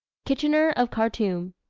kitchener of khartoum.